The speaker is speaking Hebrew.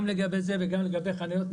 גם לגבי זה וגם לגבי חניות נכים.